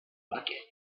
bucket